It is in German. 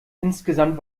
insgesamt